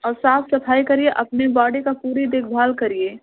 और साफ सफाई करिए अपने बॉडी का पूरी देख भाल करिए